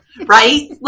Right